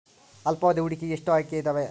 ಅಲ್ಪಾವಧಿ ಹೂಡಿಕೆಗೆ ಎಷ್ಟು ಆಯ್ಕೆ ಇದಾವೇ?